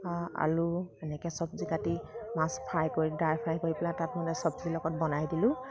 আলু এনেকে চব্জী কাটি মাছ ফ্ৰাই কৰি ড্ৰাই ফ্ৰাই কৰি পেলাই তাত মানে চব্জী লগত বনাই দিলোঁ